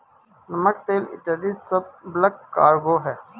नमक, तेल इत्यादी सब बल्क कार्गो हैं